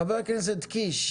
חבר הכנסת קיש,